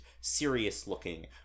serious-looking